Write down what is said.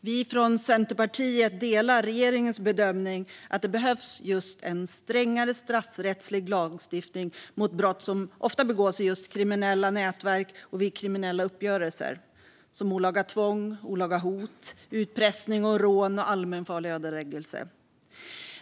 Vi från Centerpartiet delar regeringens bedömning att det behövs en strängare straffrättslig lagstiftning mot brott som ofta begås just i kriminella nätverk och vid kriminella uppgörelser. Det är olaga tvång, olaga hot, utpressning och rån och allmänfarlig ödeläggelse.